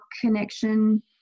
connection